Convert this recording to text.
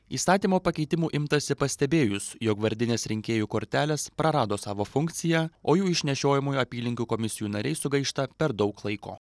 įstatymo pakeitimų imtasi pastebėjus jog vardinės rinkėjų kortelės prarado savo funkciją o jų išnešiojimui apylinkių komisijų nariai sugaišta per daug laiko